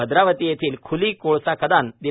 भद्रावती येथील खुली कोळसा खदान दि